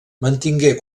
mantingué